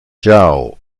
ciao